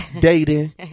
dating